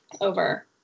over